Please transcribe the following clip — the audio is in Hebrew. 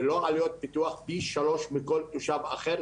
ולא בעלויות פיתוח פי שלוש מכל תושב אחר,